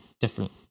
different